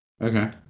Okay